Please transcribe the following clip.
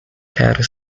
quero